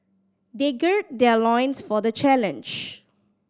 they gird their loins for the challenge